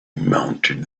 mounted